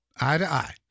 Eye-to-eye